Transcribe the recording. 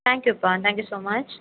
தேங்க்யூப்பா thank you so much